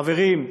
חברים,